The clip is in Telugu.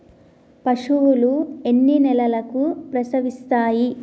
పశువులు ఎన్ని నెలలకు ప్రసవిస్తాయి?